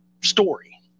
story